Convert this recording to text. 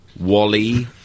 Wally